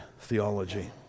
theology